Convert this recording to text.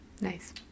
Nice